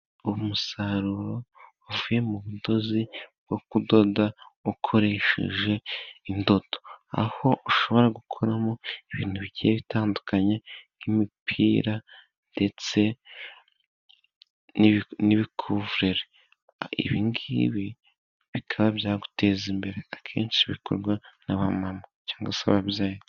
Umusaruro uvuye mu budozi bwo kudoda ukoresheje indodo. Aho ushobora gukoramo ibintu bigiye bitandukanye nk'imipira, ndetse n'ibikuvureri. Ibi ngibi bikaba byaguteza imbere, akenshi bikorwa n'abamama cyangwa se ababyeyi.